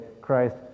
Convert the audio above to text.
Christ